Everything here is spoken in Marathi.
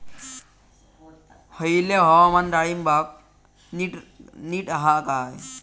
हयला हवामान डाळींबाक नीट हा काय?